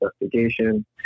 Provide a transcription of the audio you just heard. investigation